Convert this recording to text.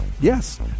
Yes